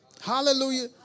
Hallelujah